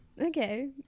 okay